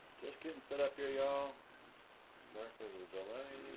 just getting set up here y'all sorry for the delay